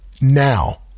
now